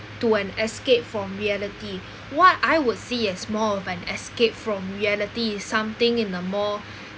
to an escape from reality what I would see as more of an escape from reality is something in a more